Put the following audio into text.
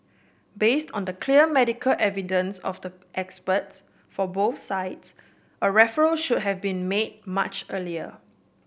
based on the clear medical evidence of the experts for both sides a referral should have been made much earlier